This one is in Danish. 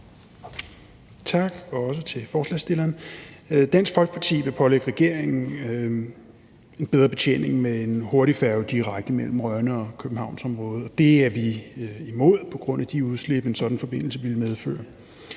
tak til forslagsstillerne. Dansk Folkeparti vil pålægge regeringen at undersøge mulighederne for en bedre betjening med en hurtigfærge direkte mellem Rønne og Københavnsområdet, og det er vi imod på grund af de udslip, en sådan forbindelse ville medføre.